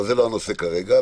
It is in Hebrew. זה לא הנושא כרגע.